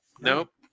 Nope